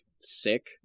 sick